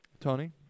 Tony